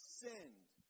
sinned